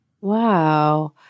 Wow